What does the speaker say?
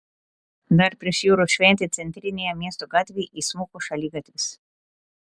dar prieš jūros šventę centrinėje miesto gatvėje įsmuko šaligatvis